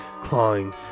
clawing